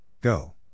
Go